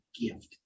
gift